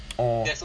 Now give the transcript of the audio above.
orh